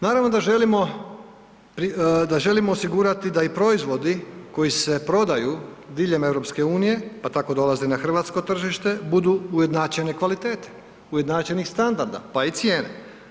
Naravno da želimo osigurati da i proizvodi koji se prodaju diljem EU, pa tako dolaze na hrvatsko tržište budu ujednačene kvalitete, ujednačenih standarda, pa i cijene.